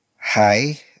Hi